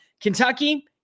Kentucky